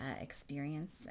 experience